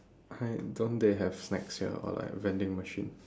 I don't they have snacks here or like vending machine